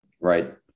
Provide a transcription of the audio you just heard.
right